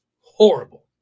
horrible